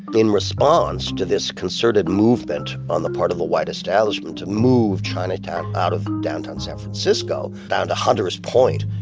in response to this concerted movement on the part of the white establishment to move chinatown out of downtown san francisco, down to hunter's point,